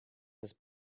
his